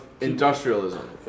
industrialism